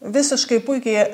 visiškai puikiai